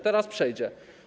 Teraz przejdzie.